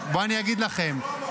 בואו אגיד לכם,